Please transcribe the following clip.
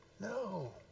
no